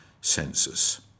census